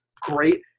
great